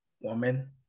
woman